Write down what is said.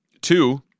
Two